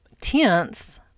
tense